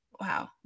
Wow